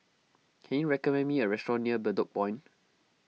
can you recommend me a restaurant near Bedok Point